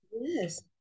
Yes